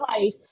life